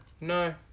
No